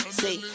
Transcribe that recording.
see